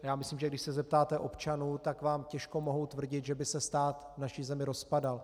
Já myslím, když se zeptáte občanů, tak vám těžko mohou tvrdit, že by se stát v naší zemi rozpadal.